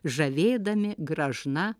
žavėdami gražna